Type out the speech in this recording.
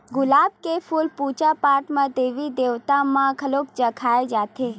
गुलाब के फूल पूजा पाठ म देवी देवता म घलो चघाए जाथे